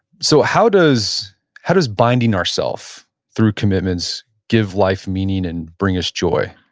so how does how does binding ourself through commitments give life meaning and bring us joy?